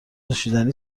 نوشیدنی